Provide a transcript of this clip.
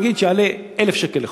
נגיד שיעלה 1,000 שקל בחודש.